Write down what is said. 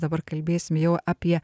dabar kalbėsim jau apie